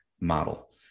model